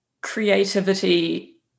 creativity